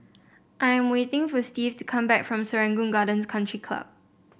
I am waiting for Steve to come back from Serangoon Gardens Country Club